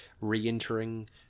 re-entering